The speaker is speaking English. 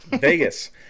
vegas